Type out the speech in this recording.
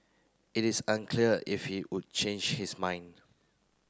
it is unclear if he would change his mind